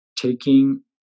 taking